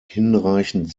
hinreichend